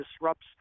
disrupts